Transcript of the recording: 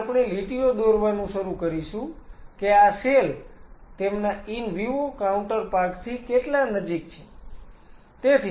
ત્યાં આપણે લીટીઓ દોરવાનું શરૂ કરીશું કે આ સેલ તેમના ઈન વિવો કાઉન્ટરપાર્ટ થી કેટલા નજીક છે